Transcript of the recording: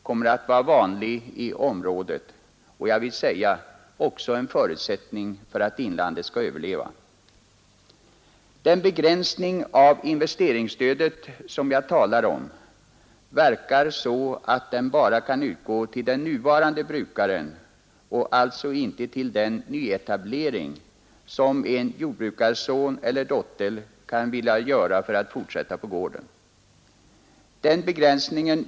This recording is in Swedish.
kommer att vara vanlig i området och, vill jag säga, också en förutsättning för att inlandet skall överleva. Den begränsning av investeringsstödet som jag talar om verkar så, att stöd bara kan utgå till den nuvarande brukaren och alltså inte till den nyetablering som en jordbrukarson eller dotter kan vilja göra för att fortsätta på gården.